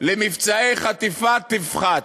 למבצעי חטיפה תפחת,